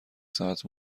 ساعت